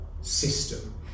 system